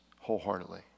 wholeheartedly